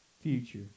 future